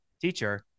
teacher